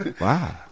Wow